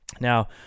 Now